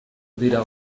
dira